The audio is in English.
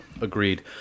Agreed